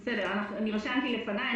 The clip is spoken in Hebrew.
בסדר, רשמתי לפניי.